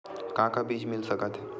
का का बीज मिल सकत हे?